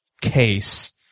case